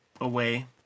away